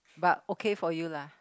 but okay for you lah